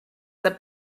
that